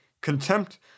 contempt